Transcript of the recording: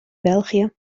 belgië